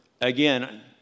Again